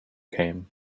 came